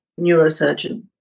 neurosurgeon